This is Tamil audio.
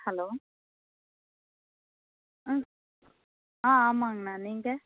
ஹலோ ம் ஆ ஆமாங்கண்ணா நீங்கள்